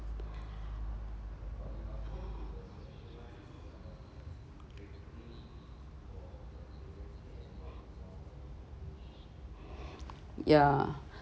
yeah